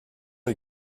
est